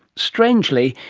strangely,